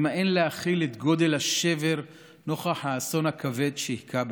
ממאן להכיל את גודל השבר נוכח האסון הכבד שהכה בנו: